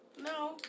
No